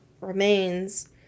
remains